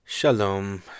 Shalom